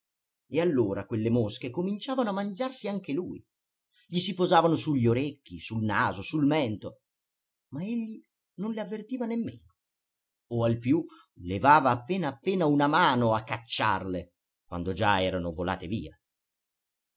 e allora quelle mosche cominciavano a mangiarsi anche lui gli si posavano sugli orecchi sul naso sul mento ma egli non le avvertiva nemmeno o al più levava appena appena una mano a cacciarle quando già erano volate via